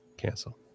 cancel